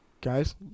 Guys